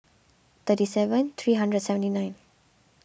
thirty seven three hundred and seventy nine